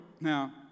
Now